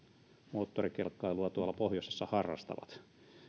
moottorikelkkailua tuolla pohjoisessa harrastavat